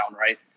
right